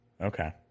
Okay